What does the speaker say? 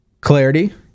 Clarity